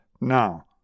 now